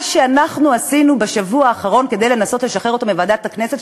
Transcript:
מה שאנחנו עשינו בשבוע האחרון כדי לנסות לשחרר אותו מוועדת הכנסת,